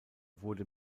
wurde